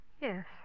Yes